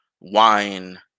wine